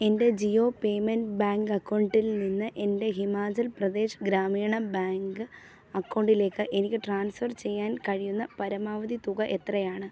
എൻ്റെ Jio payment bank അക്കൗണ്ടിൽ നിന്ന് എൻ്റെ ഹിമാചൽ പ്രദേശ് ഗ്രാമീണ ബാങ്ക് അക്കൗണ്ടിലേക്ക് എനിക്ക് ട്രാൻസ്ഫർ ചെയ്യാൻ കഴിയുന്ന പരമാവധി തുക എത്രയാണ്